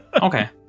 okay